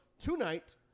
tonight